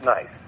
Nice